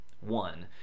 One